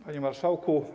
Panie Marszałku!